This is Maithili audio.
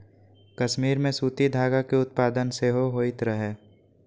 कश्मीर मे सूती धागा के उत्पादन सेहो होइत रहै